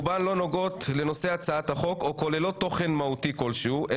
רובן לא נוגעות לנושא הצעת החוק או כוללות תוכן מהותי כלשהו,